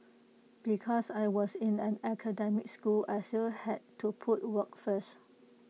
because I was in an academic school I still had to put work first